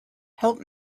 help